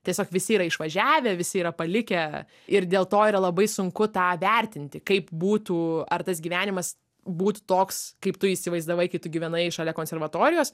tiesiog visi yra išvažiavę visi yra palikę ir dėl to yra labai sunku tą vertinti kaip būtų ar tas gyvenimas būtų toks kaip tu įsivaizdavai kai tu gyvenai šalia konservatorijos